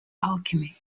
alchemy